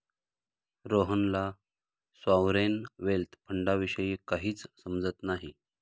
रोहनला sovereign wealth फंडाविषयी काहीच समजत नाही